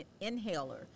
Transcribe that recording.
inhaler